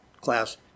class